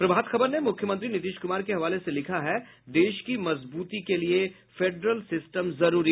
प्रभात खबर ने मुख्यमंत्री नीतीश कुमार के हवाले से लिखा है देश की मजबूत के लिए फेडरल सिस्टम जरूरी